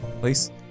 Please